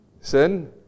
Sin